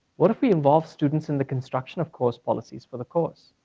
what if we involve students in the construction of course policies for the course?